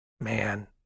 man